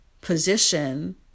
position